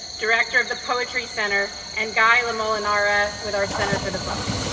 director of the poetry center, and guy lamolinara, with our center for the book.